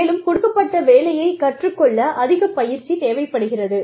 மேலும் கொடுக்கப்பட்ட வேலையைக் கற்றுக்கொள்ள அதிக பயிற்சி தேவைப்படுகிறது